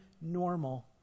normal